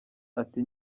ati